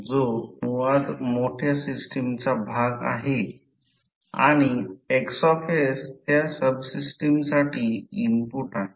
आता प्रत्यक्षात त्यात प्रवेश करणारा हा करंट या रिंगमध्ये प्रवेश करत आहे ज्याला N इतके टर्न आहे